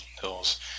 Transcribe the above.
hills